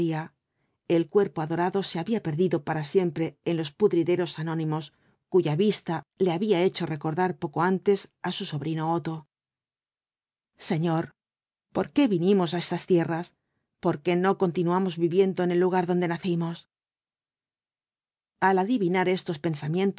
el cuerpo adorado se había perdido para siempre en los pudrideros anónimos cuya vista le había hecho recordar poco antes á su sobrino otto señor por qué vinimos á estas tierras por qué no continuamos viviendo en el lugar donde nacimos al adivinar estos pensamientos